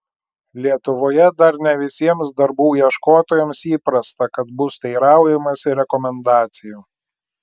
lietuvoje dar ne visiems darbų ieškotojams įprasta kad bus teiraujamasi rekomendacijų